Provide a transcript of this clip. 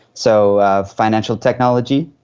so financial technology,